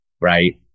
Right